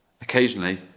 occasionally